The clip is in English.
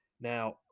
Now